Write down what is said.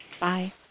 Bye